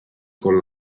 con